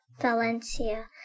Valencia